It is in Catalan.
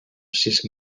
sis